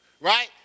right